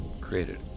created